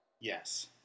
Yes